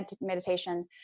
meditation